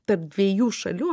tarp dviejų šalių